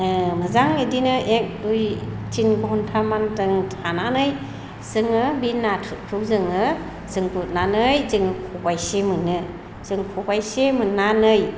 मोजां इदिनो एक दुइ तिन घन्टामान जों थानानै जोङो बे नाथुरखौ जोङो जों गुथनानै जोङो खबाइसे मोनो जों खबाइसे मोननानै